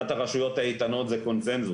מבחינת הרשויות האיתנות זה קונצנזוס